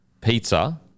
pizza